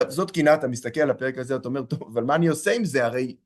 עכשיו זאת קינה, אתה מסתכל על הפרק הזה, אתה אומר, טוב, אבל מה אני עושה עם זה, הרי...